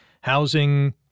housing